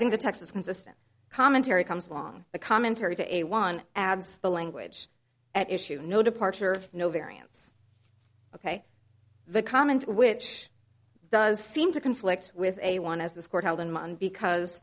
think the text is consistent commentary comes along the commentary to a one adds the language at issue no departure no variance ok the comment which does seem to conflict with a one as this court held in my own because